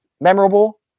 Memorable